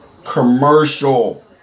commercial